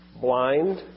blind